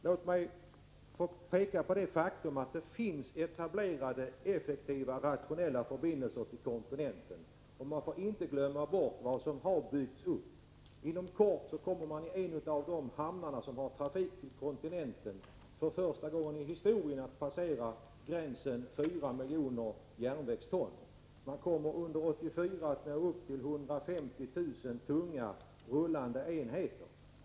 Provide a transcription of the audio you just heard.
Låt mig peka på det faktum att det finns etablerade effektiva och rationella förbindelser med kontinenten — vi får inte glömma bort vad som har byggts upp. Inom kort kommer man i en av de hamnar som har trafik till kontinenten för första gången i historien att passera gränsen 4 miljoner järnvägston. Under 1984 kommer antalet tunga rullande enheter att uppgå till 150 000.